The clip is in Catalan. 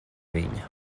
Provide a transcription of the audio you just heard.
vinya